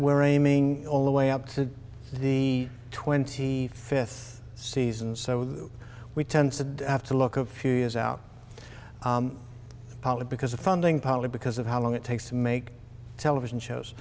we're aiming all the way up to the twenty fifth season so we tend to have to look a few years out because of funding partly because of how long it takes to make television